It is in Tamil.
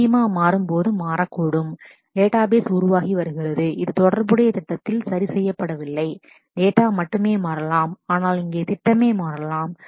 ஸ்கீமா மாறும்போது மாறக்கூடும் டேட்டாபேஸ் database உருவாகி வருகிறது இது தொடர்புடைய திட்டத்தில் சரி செய்யப்படவில்லை டேட்டா மட்டுமே மாறலாம் ஆனால் இங்கே திட்டமே மாறலாம்